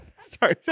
Sorry